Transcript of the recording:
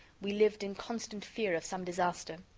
we lived in constant fear of some disaster.